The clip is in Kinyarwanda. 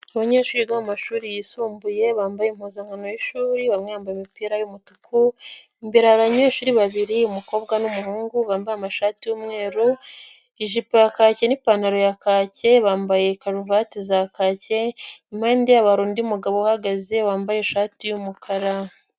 Abanyeshuri bo mumashuri yisumbuye bambaye impuzankano yishuri, bamwembaye imipira y'umutuku imbere abanyeshuri babiri umukobwa n'umuhungu bambaye amashati y'umweru ijipo yakake n'ipantaro ya kake bambaye karuvati za kake, impande yabo hari undi mugabo uhagaze wambaye ishati y'umukara.